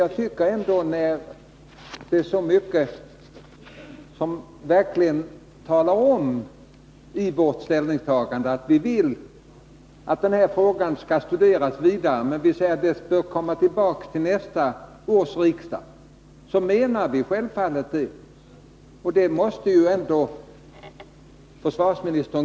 Jag tycker ändå att det är så mycket i vårt ställningstagande som visar att vi vill att frågan skall tas upp igen av nästa års riksdag att försvarministern borde godta det. Vi menar självfallet vad vi säger.